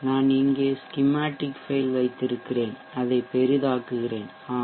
நான் இங்கே schematic file வைத்திருக்கிறேன் அதை பெரிதாக்குகிறேன் ஆம்